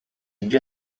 via